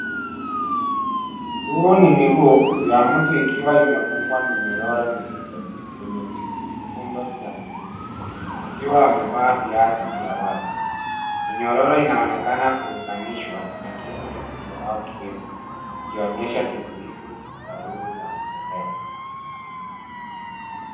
Huu ni miguu ya mtu ikiwa imefungwa minyororo mizito, kwenye vifundo vya miguu, ukiwa amevaa viatu vya wazi. Minyororo inaonekana kuunganishwa na kitu kizito au kirefu, ukionyesha kizuizi ya uhuru wa kutembea.